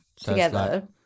together